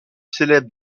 célèbre